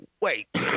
Wait